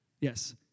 Yes